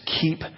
keep